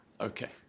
okay